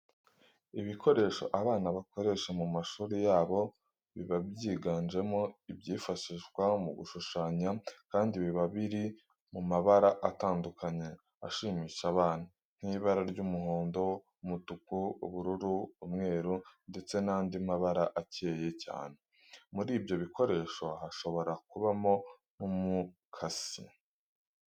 Ibikoresho abana bakoresha mu mashuri yabo biba byiganjemo ibyifashishwa mu gushushanya kandi biba biri mu mabara atandukanye ashimisha abana, nk'ibara ry'umuhondo, umutuku, ubururu, umweru ndetse n'andi mabara akeye cyane. Muri ibyo bikoresho hashobora kubamo n'umukasi.